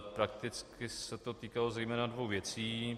Prakticky se to týkalo zejména dvou věcí.